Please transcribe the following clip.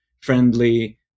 friendly